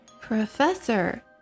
Professor